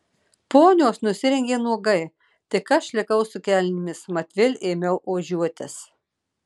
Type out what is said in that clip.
ponios nusirengė nuogai tik aš likau su kelnėmis mat vėl ėmiau ožiuotis